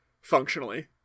functionally